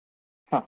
हा